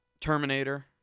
Terminator